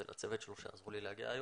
ולצוות שלו שעזר לי להגיע היום.